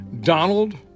Donald